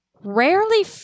rarely